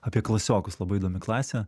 apie klasiokus labai įdomi klasė